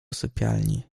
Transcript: sypialni